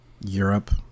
Europe